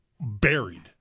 buried